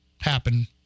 happen